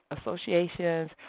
associations